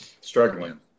struggling